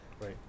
Right